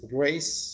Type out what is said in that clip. Grace